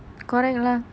correct lah